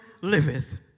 liveth